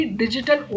digital